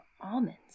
almonds